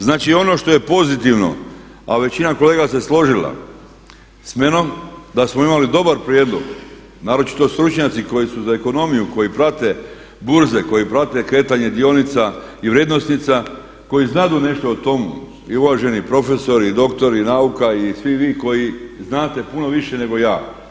Znači ono što je pozitivno a većina kolega se složila samnom da smo imali dobar prijedlog, naročito stručnjaci koji su za ekonomiju koji prate burze, koji prate kretanje dionica i vrijednosnica, koji znaju nešto o tome i uvaženi profesori i doktori nauka i svi vi koji znate puno više nego ja.